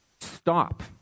stop